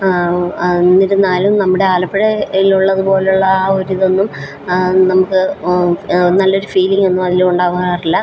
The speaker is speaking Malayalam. എന്നിരുന്നാലും നമ്മുടെ ആലപ്പുഴയിലുള്ളത് പോലുള്ള ആ ഒരു ഇതൊന്നും നമുക്ക് നല്ലൊരു ഫീലിങ്ങൊന്നും അതിലുണ്ടാവാറില്ല